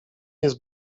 jest